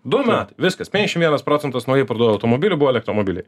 du metai viskas penkiasdešim vienas procentas naujai parduotų automobilių buvo elektromobiliai